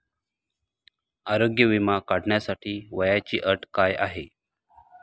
आरोग्य विमा काढण्यासाठी वयाची अट काय आहे?